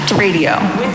Radio